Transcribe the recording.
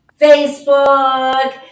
Facebook